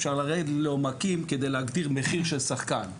אפשר לרדת לעומקים כדי להגדיר מחיר של שחקן,